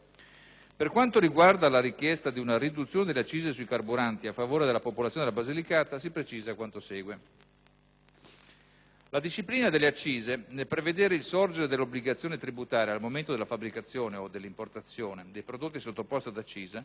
Per quanto riguarda la richiesta di una riduzione delle accise sui carburanti a favore della popolazione della Basilicata, si precisa quanto segue. La disciplina delle accise, nel prevedere il sorgere dell'obbligazione tributaria al momento della fabbricazione (o dell'importazione) dei prodotti sottoposti ad accisa,